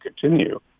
continue